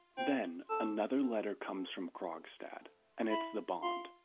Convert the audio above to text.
then, another letter comes from krogstad and it's the bond.